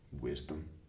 wisdom